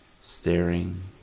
staring